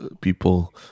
people